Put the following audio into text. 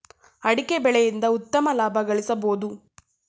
ಅಡಿಕೆ ಬೆಳೆಯಿಂದ ಉತ್ತಮ ಲಾಭ ಗಳಿಸಬೋದು